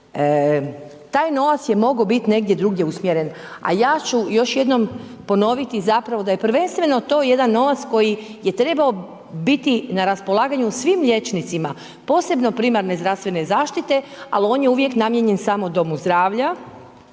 Taj novac je mogao biti negdje drugdje usmjeren. A ja ću još jednom ponoviti zapravo da je prvenstveno to jedan novac koji je treba biti na raspolaganju svim liječnicima, posebno primarne zdravstvene zaštite, ali on je uvijek namijenjen samo domu zdravlja